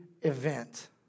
event